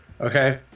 okay